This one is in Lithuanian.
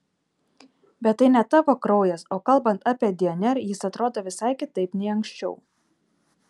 bet tai ne tavo kraujas o kalbant apie dnr jis atrodo visai kitaip nei anksčiau